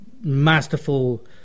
masterful